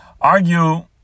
Argue